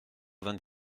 vingt